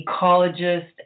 ecologist